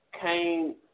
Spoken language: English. came